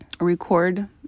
record